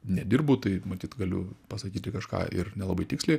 nedirbu tai matyt galiu pasakyti kažką ir nelabai tiksliai